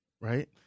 right